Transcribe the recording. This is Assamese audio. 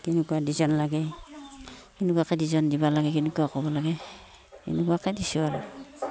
কেনেকুৱা ডিজাইন লাগে সেনেকুৱাকৈ ডিজাইন দিব লাগে কেনেকুৱা ক'ব লাগে এনেকুৱাকৈ দিছোঁ আৰু